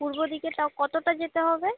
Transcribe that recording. পূর্ব দিকে তাও কতটা যেতে হবে